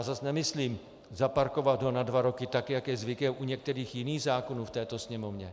Ale nemyslím zaparkovat ho na dva roky tak, jak je zvyk u některých jiných zákonů v této Sněmovně.